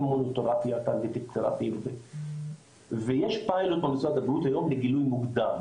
אימונותרפיה ויש פיילוט במשרד הבריאות היום לגילוי מוקדם.